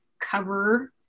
cover